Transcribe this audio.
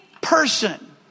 person